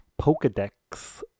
Pokedex